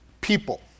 people